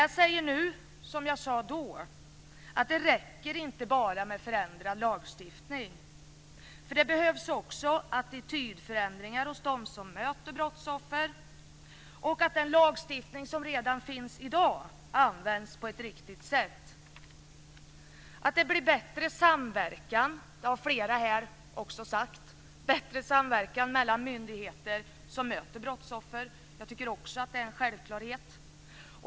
Jag säger nu som jag då sade: Det räcker inte med enbart förändrad lagstiftning. Det behövs också attitydförändringar hos dem som möter brottsoffer. Den lagstiftning som redan finns måste användas på ett riktigt sätt. Att det blir en bättre samverkan, som flera här har nämnt om, mellan myndigheter som möter brottsoffer tycker jag också är en självklarhet.